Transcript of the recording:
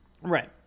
right